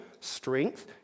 strength